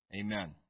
Amen